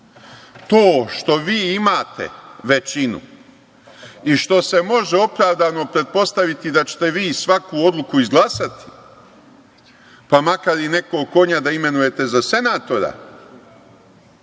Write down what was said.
što vi imate većinu i što se može opravdano pretpostaviti da ćete vi svaku odluku izglasati, pa makar i nekog konja da imenujete za senatora,